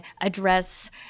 address